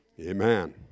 Amen